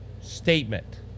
statement